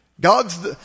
God's